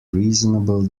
reasonable